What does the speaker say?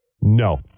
No